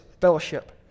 Fellowship